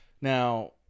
now